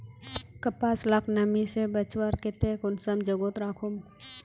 कपास लाक नमी से बचवार केते कुंसम जोगोत राखुम?